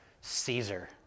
Caesar